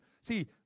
See